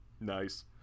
Nice